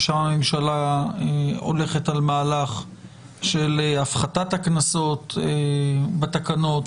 שם הממשלה הולכת על מהלך של הפחתת הקנסות בתקנות.